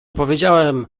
powiedziałem